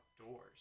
outdoors